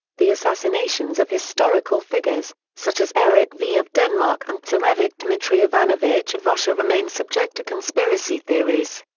the assassinations of historical figures, such as eric v of denmark and tsarevich dmitry ivanovich of russia remain subject to conspiracy theories.